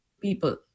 people